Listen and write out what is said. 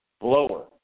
blower